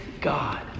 God